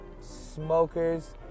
smokers